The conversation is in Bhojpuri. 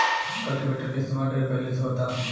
कल्टीवेटर के इस्तमाल ढेरे पहिले से होता